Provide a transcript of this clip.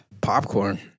Popcorn